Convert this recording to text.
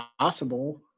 possible